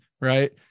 right